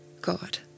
God